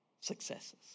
successes